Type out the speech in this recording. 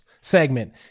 segment